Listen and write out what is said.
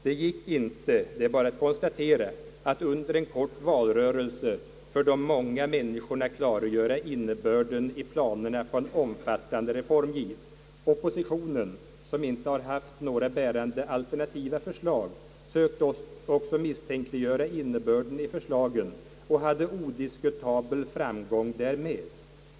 Det gick inte, det är bara att konstatera, att under en kort valrörelse för de många människorna klargöra innebörden i planerna på en omfattande reformgiv. Oppositionen, som inte har haft några bärande alternativa förslag, sökte också misstänkliggöra innebörden i förslagen och hade odiskutabel framgång därmed.